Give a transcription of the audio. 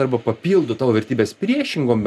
arba papildo tavo vertybes priešingom